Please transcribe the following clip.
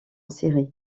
série